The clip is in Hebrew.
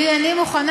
תראי, אני מוכנה.